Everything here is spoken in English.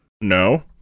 no